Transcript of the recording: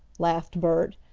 laughed bert,